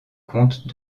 comptes